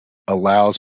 allows